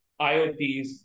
IOTs